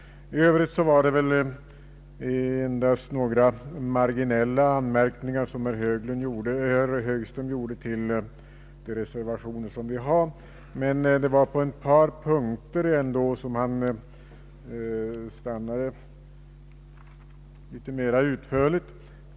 I övrigt gjorde herr Högström mest marginalanmärkningar till de reservationer som avgivits, men ett par punkter behandlade han litet mera utförligt.